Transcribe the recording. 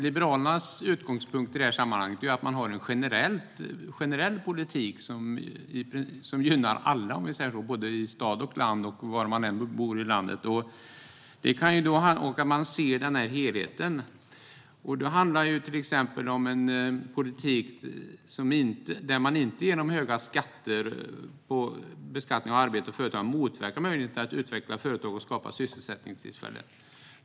Liberalernas utgångspunkt i sammanhanget är en generell politik som gynnar alla i både stad och land och var man än bor i landet. Man ska se helheten. Det handlar till exempel om en politik där man inte genom hög beskattning på arbete och företag motverkar möjligheten att utveckla företag och skapa sysselsättningstillfällen.